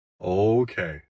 Okay